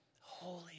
Holy